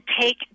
take